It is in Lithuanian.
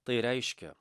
tai reiškia